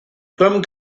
turm